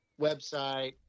website